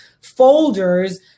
folders